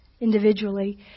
individually